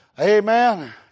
Amen